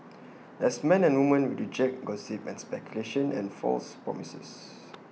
as men and women we reject gossip and speculation and false promises